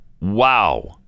wow